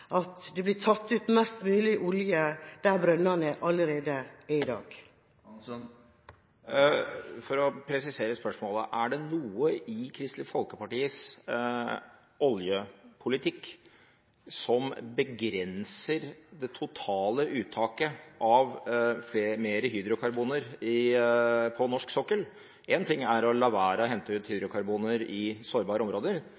at det blir tatt ut mest mulig olje der brønnene allerede er i dag. For å presisere spørsmålet: Er det noe i Kristelig Folkepartis oljepolitikk som begrenser det totale uttaket av hydrokarboner på norsk sokkel? Én ting er å la være å hente